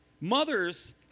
mothers